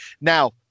Now